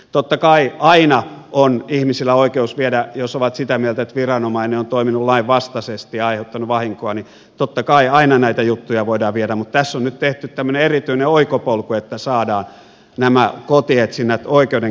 totta kai aina on ihmisillä oikeus viedä jos ovat sitä mieltä että viranomainen on toiminut lainvastaisesti ja aiheuttanut vahinkoa totta kai aina näitä juttuja voidaan viedä mutta tässä on nyt tehty tämmöinen erityinen oikopolku niin että saadaan nämä kotietsinnät oikeuden käsiteltäväksi